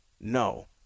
No